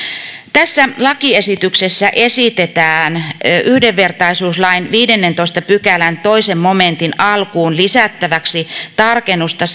tässä lakiesityksessä esitetään yhdenvertaisuuslain viidennentoista pykälän toisen momentin alkuun lisättäväksi tarkennusta